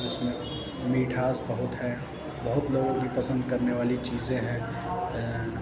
اُس میں میٹھاس بہت ہے بہت لوگوں کی پسند کرنے والی چیزیں ہیں